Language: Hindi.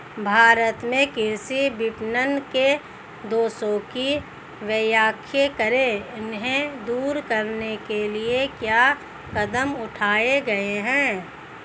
भारत में कृषि विपणन के दोषों की व्याख्या करें इन्हें दूर करने के लिए क्या कदम उठाए गए हैं?